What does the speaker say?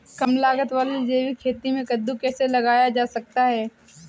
कम लागत वाली जैविक खेती में कद्दू कैसे लगाया जा सकता है?